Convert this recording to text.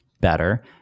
better